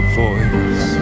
voice